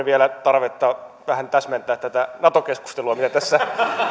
vielä tarvetta vähän täsmentää tätä nato keskustelua minkä tässä